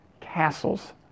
castles